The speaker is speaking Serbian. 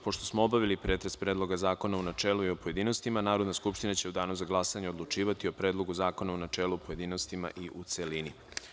Pošto smo obavili pretres Predloga zakona u načelu i o pojedinostima, Narodna skupština će u danu za glasanje odlučivati o Predlogu zakona u načelu, u pojedinostima i u celini.